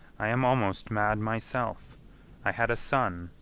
i am almost mad myself i had a son,